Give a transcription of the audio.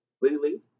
Lily